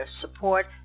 support